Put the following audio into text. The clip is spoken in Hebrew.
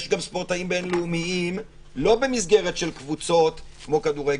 יש גם ספורטאים בין-לאומיים לא במסגרת קבוצות כמו כדורגל,